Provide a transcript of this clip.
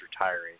retiring